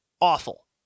awful